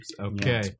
Okay